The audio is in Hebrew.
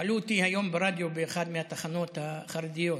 שאלו אותי היום ברדיו באחת מהתחנות החרדיות: